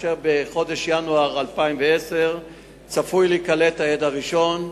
בחודש ינואר 2010 צפוי להיקלט העד הראשון,